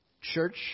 Church